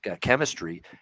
chemistry